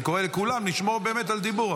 אני קורא לכולם לשמור באמת על דיבור,